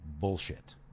bullshit